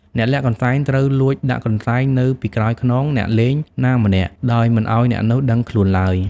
អ្នកលាក់កន្សែងត្រូវលួចដាក់កន្សែងនៅពីក្រោយខ្នងអ្នកលេងណាម្នាក់ ដោយមិនឲ្យអ្នកនោះដឹងខ្លួនឡើយ ។